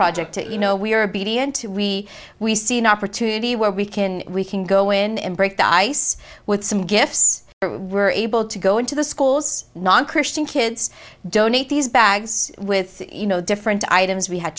project you know we're a b t n to we we see an opportunity where we can we can go in and break the ice with some gifts were able to go into the schools non christian kids donate these bags with you know different items we had